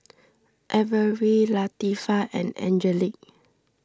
Averie Latifah and Angelique